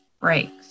breaks